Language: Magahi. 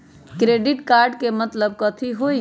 क्रेडिट कार्ड के मतलब कथी होई?